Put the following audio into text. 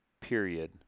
period